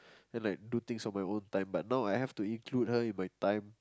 and like do things on my own time but now I have to include her in my time